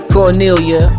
Cornelia